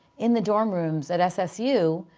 in the dorm rooms at ssu,